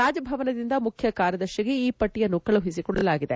ರಾಜಭವನದಿಂದ ಮುಖ್ಯ ಕಾರ್ಯದರ್ಶಿಗೆ ಈ ಪಟ್ಟಿಯನ್ನು ಕಳುಹಿಸಿಕೊಡಲಾಗಿದೆ